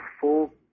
full